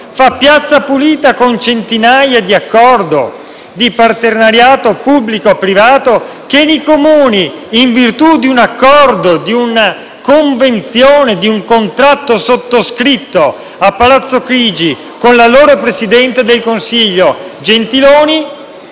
coinvolti, di centinaia di accordi di partenariato pubblico-privato che i Comuni, in virtù di un accordo, di una convenzione, di un contratto sottoscritto a Palazzo Chigi con l'allora presidente del consiglio Gentiloni